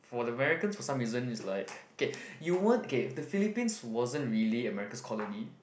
for the Americans for some reasons is like okay you won't okay the Philippines wasn't really America's colony